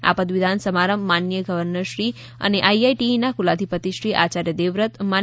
આ પદવીદાન સમારંભ માન નીય ગવર્નરશ્રી અને આઈઆઈટીઈના કુલાધિપતિશ્રી આચાર્ય દેવવ્રત માન